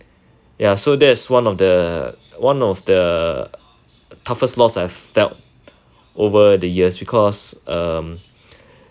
ya so that's one of the one of the toughest loss I've felt over the years because um